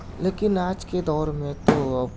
لیکن آج کے دور میں تو